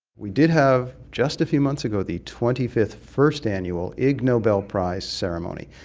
we did have just a few months ago the twenty fifth first annual ig nobel prize ceremony.